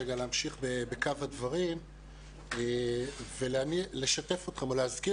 להמשיך בקו הדברים ולשתף אתכם ולהזכיר